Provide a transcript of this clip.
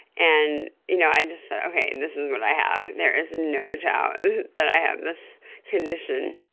and you know i just thought, okay, and this is what i have, there is no doubt that i have this condition.